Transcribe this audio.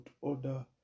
order